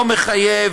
לא מחייב,